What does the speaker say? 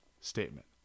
statement